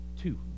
two